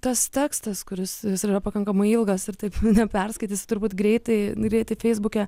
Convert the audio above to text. tas tekstas kuris jis ir yra pakankamai ilgas ir taip perskaitysi turbūt greitai greitai feisbuke